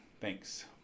Thanks